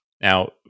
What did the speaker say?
Now